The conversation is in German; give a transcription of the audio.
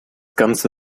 ganze